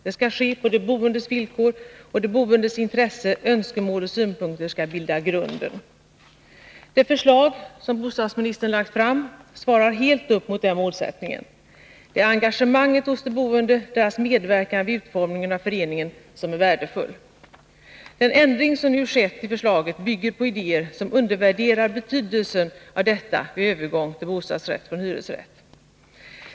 Det skall ske på de boendes villkor, och de boendes intressen, önskemål och synpunkter skall bilda grunden. Det förslag som bostadsministern lagt fram svarar helt mot den målsättningen. Det är engagemanget hos de boende, deras medverkan vid utformningen av föreningen, som är värdefullt. Den ändring som nu skett i förslaget bygger på idéer som undervärderar betydelsen av detta vid övergång till bostasrätt från hyresrätt.